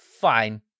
Fine